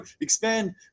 expand